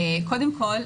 קודם כל,